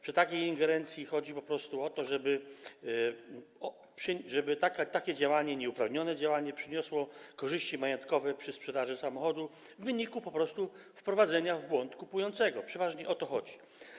Przy takiej ingerencji chodzi po prostu o to, żeby takie działanie, nieuprawnione działanie, przyniosło korzyści majątkowe przy sprzedaży samochodu w wyniku wprowadzenia w błąd kupującego, przeważnie o to chodzi.